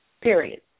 Period